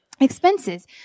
expenses